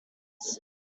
essex